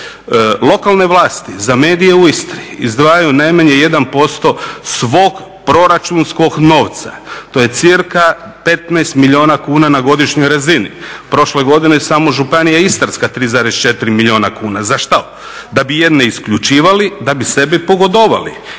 Lokalne vlasti za medije u Istri izdvajaju najmanje 1% svog proračunskog novca, to je cca 15 milijuna kuna na godišnjoj razini. Prošle godine samo županija Istarska 3,4 milijuna kuna. Za što? Da bi jedne isključivali da bi sebi pogodovali